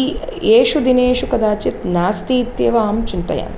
E एषु दिनेषु कदाचित् नास्ति इत्यवे अहं चिन्तयामि